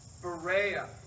Berea